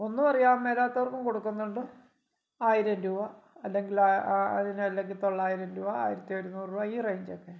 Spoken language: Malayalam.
ഒന്നും അറിയാൻ മേലാത്തവർക്കും കൊടുക്കുന്നുണ്ട് ആയിരം രൂപ അല്ലെങ്കിൽ ആ അതിനല്ലെങ്കിൽ തൊള്ളായിരം രൂപ ആയിരത്തി എഴുന്നൂറ് രൂപ ഈ റേഞ്ചൊക്കെ